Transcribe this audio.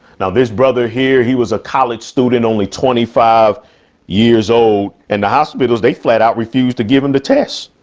now, this brother here, he was a college student only twenty five years old and the hospitals, they flat out refused to give him the test.